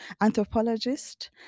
anthropologist